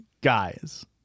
Guys